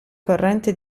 corrente